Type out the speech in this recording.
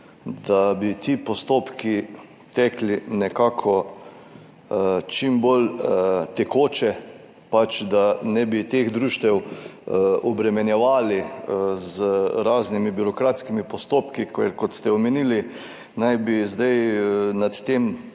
da bi ti postopki tekli čim bolj tekoče, da ne bi teh društev obremenjevali z raznimi birokratskimi postopki, ker kot ste omenili, naj bi zdaj nad tem